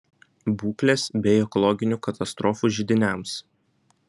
būklės bei ekologinių katastrofų židiniams